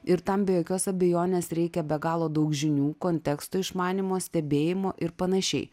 ir tam be jokios abejonės reikia be galo daug žinių konteksto išmanymo stebėjimo ir panašiai